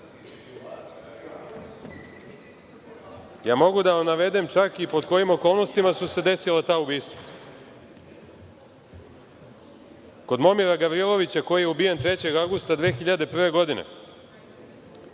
da vam navedem čak i pod kojim okolnostima su se desila ta ubistva. Kod Momira Gavrilovića, koji je ubijen 3. avgusta 2001. godine,